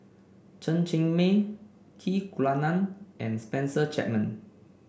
Chen Cheng Mei Key Kunalan and Spencer Chapman